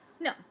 No